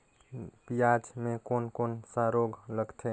पियाज मे कोन कोन सा रोग लगथे?